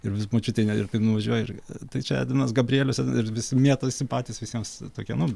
ir vis močiutei ne ir nuvažiuoji ir tai čia edvinas gabrielius ir visi mėtosi patys visiems tokia nu